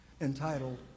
entitled